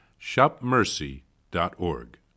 shopmercy.org